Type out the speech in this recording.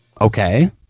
Okay